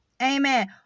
Amen